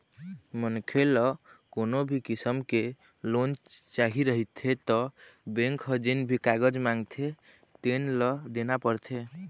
मनखे ल कोनो भी किसम के लोन चाही रहिथे त बेंक ह जेन भी कागज मांगथे तेन ल देना परथे